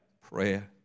prayer